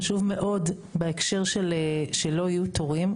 חשוב מאוד בהקשר שלא יהיו תורים,